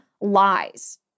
lies